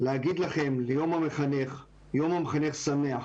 להגיד לכם ליום המחנך, יום המחנך שמח,